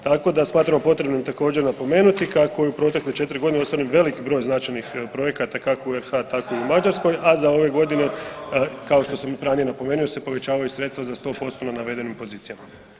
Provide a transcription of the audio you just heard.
Tako da smatramo potrebnim također napomenuti kako je u protekle četiri godine ostvaren veliki broj značajnih projekata kako u RH tako i u Mađarskoj, a za ove godine kao što sam i ranije napomenuo se povećavaju sredstva za 100% na navedenim pozicijama.